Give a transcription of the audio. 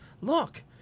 look